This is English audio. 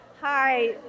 Hi